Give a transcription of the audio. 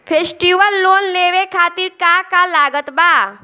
Festival loan लेवे खातिर का का लागत बा?